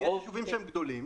יש ישובים גדולים